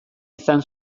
izan